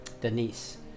Denise